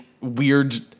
weird